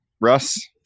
Russ